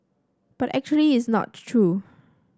but actually it's not true